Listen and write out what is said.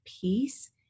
peace